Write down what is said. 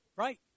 Right